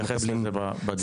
אנחנו נתייחס לזה בדיון.